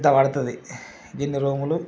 ఇంత పడుతుంది ఇన్ని రూములు